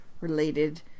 related